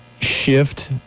shift